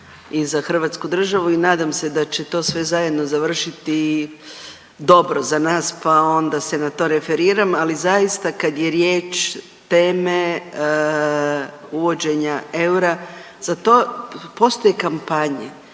i za hrvatsku državu i nadam se da će to sve zajedno završiti dobro za nas, pa onda se na to referiram, ali zaista kad je riječ teme uvođenja eura za to postoje kampanje,